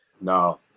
No